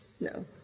No